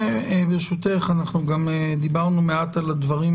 ברשותך, דיברנו מעט על הדברים